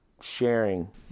sharing